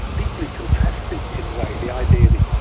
deeply contested in a way, the idea that